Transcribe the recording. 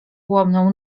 ułomną